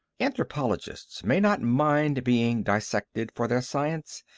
anthropologists may not mind being dissected for their science,